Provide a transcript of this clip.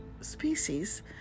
species